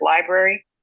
library